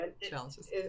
challenges